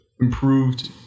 improved